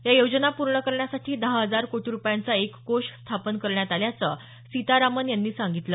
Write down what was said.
या योजना पूर्ण करण्यासाठी दहा हजार कोटी रुपयांचा एक कोष स्थापन करण्यात आल्याचं सीतारामन यांनी सांगितलं